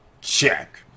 check